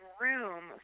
room